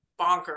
bonkers